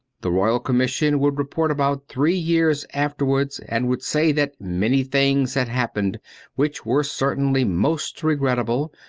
the royal commission would report about three years afterwards and would say that many things had happened which were certainly most regrettable,